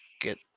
Get